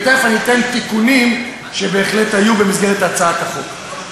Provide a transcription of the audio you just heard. ותכף אתן תיקונים שבהחלט היו במסגרת הצעת החוק.